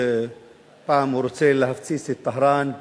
פעם הוא רוצה להפציץ את טהרן,